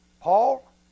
Paul